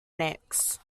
nix